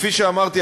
כפי שאמרתי,